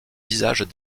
visages